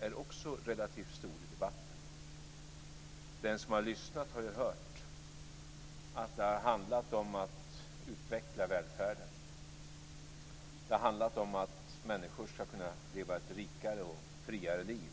är också relativt stor i debatten. Den som har lyssnat har ju hört att det har handlat om att utveckla välfärden. Det har handlat om att människor ska kunna leva ett rikare och friare liv.